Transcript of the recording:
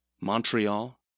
Montreal